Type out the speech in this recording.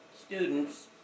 students